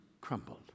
crumbled